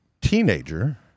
teenager